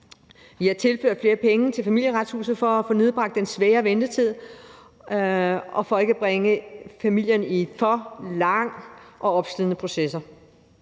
Vi har tilført flere penge til Familieretshuset for at få nedbragt den svære ventetid og for ikke at bringe familierne ud i en for lang og opslidende proces,